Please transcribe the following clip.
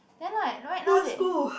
then like right now they